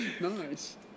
Nice